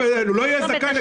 הוא לא יהיה זכאי לקבל?